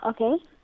Okay